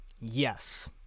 Yes